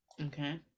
Okay